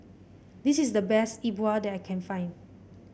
this is the best Yi Bua that I can find